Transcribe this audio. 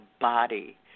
body